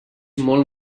molt